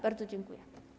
Bardzo dziękuję.